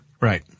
Right